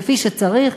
כפי שצריך,